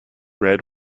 red